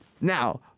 Now